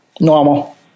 Normal